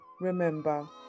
remember